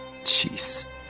Jeez